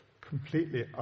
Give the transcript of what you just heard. completely